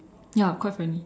ya quite friendly